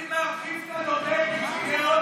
תודה, כבוד השר.